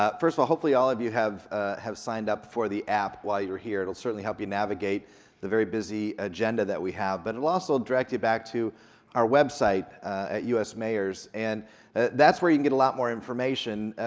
first of all, hopefully all of you have have signed up for the app while you're here. it'll certainly help you navigate the very busy agenda that we have, but it'll also direct you back to our website at usmayors, and that's where you can get a lot more information.